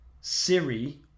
Siri